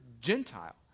Gentile